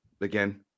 again